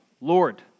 Lord